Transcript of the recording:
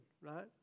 right